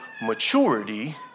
maturity